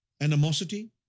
animosity